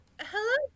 hello